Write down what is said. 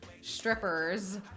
strippers